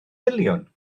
miliwn